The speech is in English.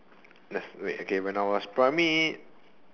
let's wait okay when I was primary